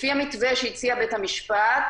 לפי המתווה שהציע בית-המשפט,